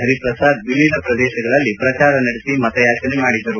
ಹರಿಪ್ರಸಾದ್ ವಿವಿಧ ಪ್ರದೇಶಗಳಲ್ಲಿ ಪ್ರಚಾರ ನಡೆಸಿ ಮತಯಾಚನೆ ನಡೆಸಿದರು